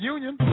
Union